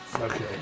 Okay